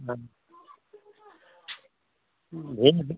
हाँ भेज दें